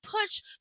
push